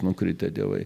nukritę dievai